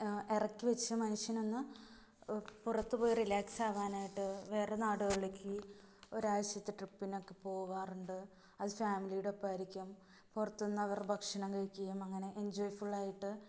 ഇറക്കിവെച്ച് മനുഷ്യനൊന്ന് പുറത്തുപോയി റിലാക്സാവാനായിട്ട് വേറെ നാടുകളിലേക്ക് ഒരാഴ്ച്ചത്തെ ട്രിപ്പിനൊക്കെ പോകാറുണ്ട് അത് ഫാമിലിയുടൊപ്പമായിരിക്കും പുറത്തുനിന്ന് അവർ ഭക്ഷണം കഴിക്കുകയും അങ്ങനെ എൻജോയ്ഫുള്ളായിട്ട്